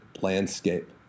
landscape